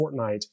Fortnite